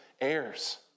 heirs